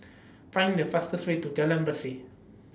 Find The fastest Way to Jalan Berseh